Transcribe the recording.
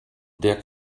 der